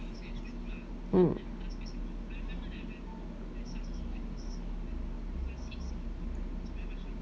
mm